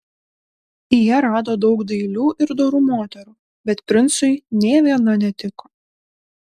jie rado daug dailių ir dorų moterų bet princui nė viena netiko